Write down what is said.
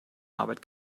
arbeit